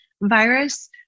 virus